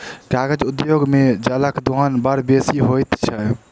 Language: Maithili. कागज उद्योग मे जलक दोहन बड़ बेसी होइत छै